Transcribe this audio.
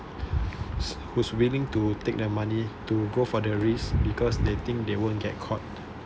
who's willing to take that money to go for the risk because they think they won't get caught